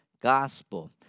gospel